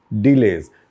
delays